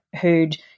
who'd